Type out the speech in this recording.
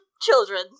children